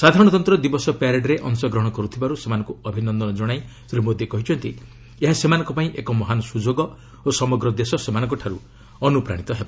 ସାଧାରଣତନ୍ତ୍ର ଦିବସ ପ୍ୟାରେଡ୍ରେ ଅଂଶଗ୍ରହଣ କର୍ରଥିବାର୍ ସେମାନଙ୍କ ଅଭିନନ୍ଦନ ଜଣାଇ ଶ୍ରୀ ମୋଦି କହିଛନ୍ତି ଏହା ସେମାନଙ୍କ ପାଇଁ ଏକ ମହାନ ସ୍ରଯୋଗ ଓ ସମଗ୍ର ଦେଶ ସେମାନଙ୍କଠାରୁ ଅନୁପ୍ରାଣିତ ହେବ